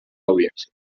audiència